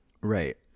Right